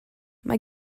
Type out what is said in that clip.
mae